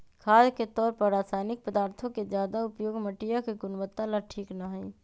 खाद के तौर पर रासायनिक पदार्थों के ज्यादा उपयोग मटिया के गुणवत्ता ला ठीक ना हई